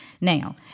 Now